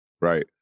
right